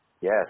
Yes